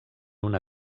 una